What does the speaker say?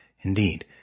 Indeed